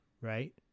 right